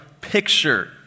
picture